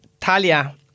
Talia